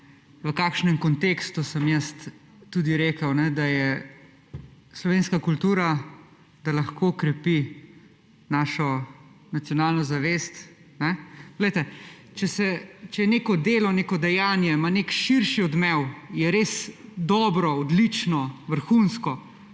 v kakšnem kontekstu sem jaz tudi rekel, da slovenska kultura lahko krepi našo nacionalno zavest. Če ima neko delo, neko dejanje nek širši odmev, je res dobro, odlično, vrhunsko,